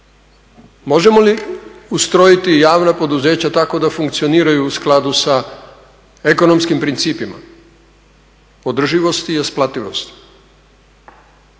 Možemo li ustrojiti javna poduzeća tako da funkcioniraju u skladu sa ekonomskim principima održivosti i isplativosti?